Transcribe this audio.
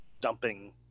dumping